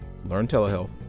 LearnTelehealth